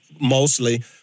mostly